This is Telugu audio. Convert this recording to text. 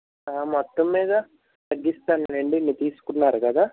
మొత్తం మీద తగిస్తానులేండి ఇన్ని తీసుకున్నారు కదా